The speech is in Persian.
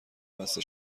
بسته